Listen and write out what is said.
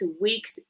week's